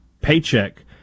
paycheck